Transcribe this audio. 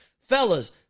Fellas